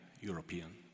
European